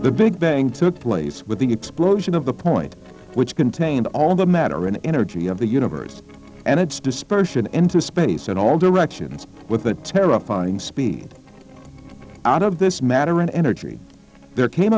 the big bang took place with the explosion of the point which contained all the matter and energy of the universe and its dispersion enter space in all directions with a terrifying speed out of this matter and energy there came